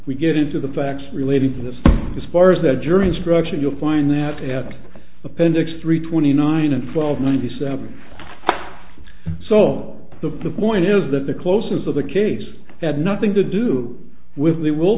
we get into the facts relating to this as far as the jury instruction you'll find that at appendix three twenty nine and twelve ninety seven so the point is that the close of the case had nothing to do with the will